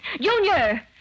Junior